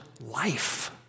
life